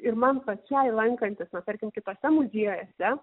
ir man pačiai lankantis na tarkim kituose muziejuose